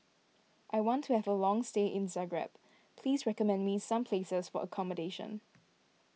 I want to have a long stay in Zagreb please recommend me some places for accommodation